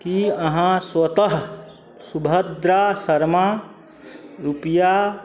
की अहाँ स्वतः शुभद्रा शर्मा रुपैआ